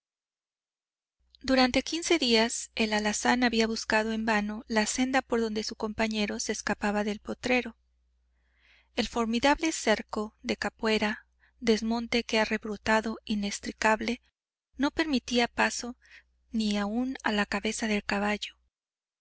durante quince días el alazán había buscado en vano la senda por donde su compañero se escapaba del potrero el formidable cerco de capuera desmonte que ha rebrotado inextricable no permitía paso ni aún a la cabeza del caballo